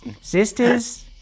sisters